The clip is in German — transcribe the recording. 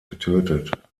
getötet